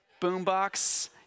boombox